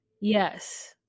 Yes